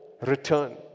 return